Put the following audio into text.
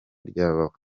ryabaho